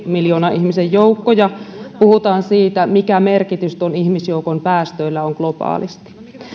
miljoonan ihmisen joukkoja puhutaan siitä mikä merkitys tuon ihmisjoukon päästöillä on globaalisti